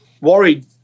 worried